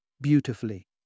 beautifully